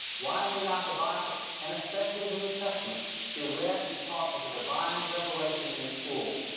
why may not the bible, and especially the new testament be read and taught as a divine revelation in the schools?